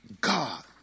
God